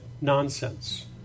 nonsense